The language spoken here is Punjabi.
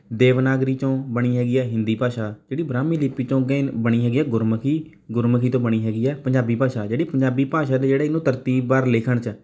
ਦੇਵਨਾਗਰੀ 'ਚੋਂ ਬਣੀ ਹੈਗੀ ਹੈ ਹਿੰਦੀ ਭਾਸ਼ਾ ਜਿਹੜੀ ਬ੍ਰਹਿਮੀ ਲਿਪੀ ਤੋਂ ਅੱਗੇ ਬਣੀ ਹੈਗੀ ਹੈ ਗੁਰਮੁਖੀ ਗੁਰਮੁਖੀ ਤੋਂ ਬਣੀ ਹੈਗੀ ਹੈ ਪੰਜਾਬੀ ਭਾਸ਼ਾ ਜਿਹੜੀ ਪੰਜਾਬੀ ਭਾਸ਼ਾ ਦੇ ਜਿਹੜਾ ਇਹਨੂੰ ਤਰਤੀਬਵਾਰ ਲਿਖਣ 'ਚ